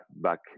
back